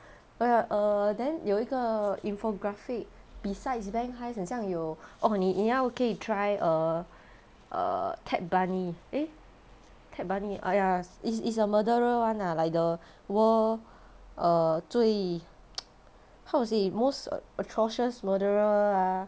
oh ya err then 有一个 infographic besides bank heist 好像有哦你要可以 try err uh ted bundy eh ted bundy ah ya it's it's a murderer [one] ah like the world err 最 how to say most a atrocious murderer ah